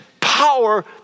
power